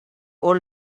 old